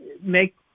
make